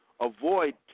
avoid